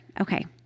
Okay